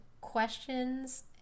questions